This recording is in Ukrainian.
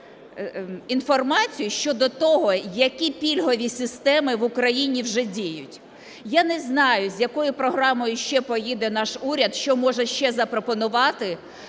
інформацію щодо того, які пільгові системи в Україні вже діють. Я не знаю, з якою програмою ще поїде наш уряд, що може ще запропонувати,